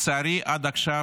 לצערי עד עכשיו